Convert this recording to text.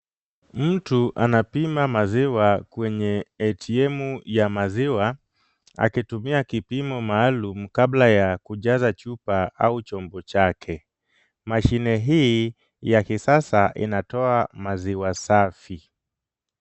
Mtu anapima maziwa kwenye ATM ya maziwa, akitumia kipimo maalum kabla ya kujaza chupa au chombo chake. Mashine hii ya kisasa inatoa maziwa safi.